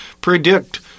predict